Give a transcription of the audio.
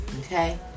Okay